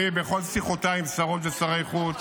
אני, בכל שיחותיי עם שרות ושרי חוץ,